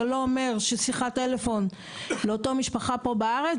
זה לא אומר ששיחת טלפון לאותה משפחה פה בארץ,